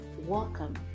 welcome